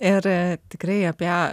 ir tikrai apie